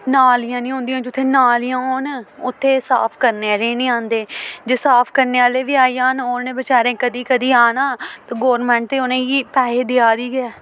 नालियां निं होंदियां जित्थै नालियां होन उत्थै साफ करने आह्ले निं आंदे जे साफ करने आह्ले बी आई जान उ'नें बेचारें कदी कदी आना ते गौरमैंट ते उ'नेंगी पैहे देआ दी गै